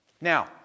Now